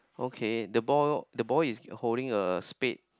okay the boy the boy is holding a spec